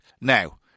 Now